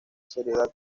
seriedad